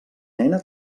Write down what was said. nena